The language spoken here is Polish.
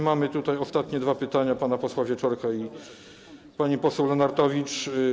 Mamy tu jeszcze ostatnie dwa pytania pana posła Wieczorka i pani poseł Lenartowicz.